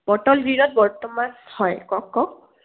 bottle গ্ৰীণত বৰ্তমান হয় কওক কওক